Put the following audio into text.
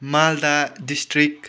Malda district